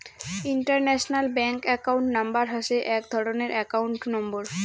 international bank account number হসে এক ধরণের একাউন্ট নম্বর